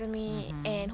mmhmm